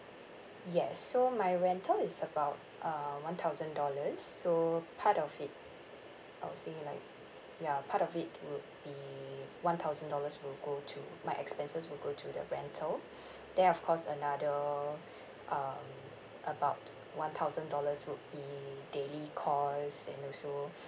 yes so my rental is about uh one thousand dollars so part of it I would say like ya part of it would be one thousand dollars will go to my expenses will go to the rental then of course another um about one thousand dollars would be daily costs and also